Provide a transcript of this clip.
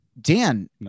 Dan